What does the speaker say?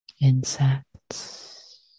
insects